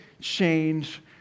change